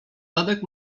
tadek